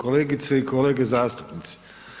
Kolegice i kolege zastupnici.